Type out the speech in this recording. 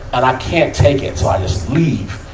and i can't take it, so i just leave.